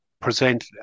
present